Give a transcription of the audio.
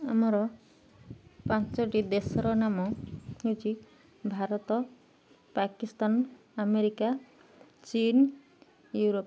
ଆମର ପାଞ୍ଚଟି ଦେଶର ନାମ ହେଉଛି ଭାରତ ପାକିସ୍ତାନ ଆମେରିକା ଚୀନ ୟୁରୋପ୍